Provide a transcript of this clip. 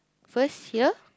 first here